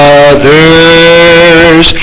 others